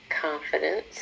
confidence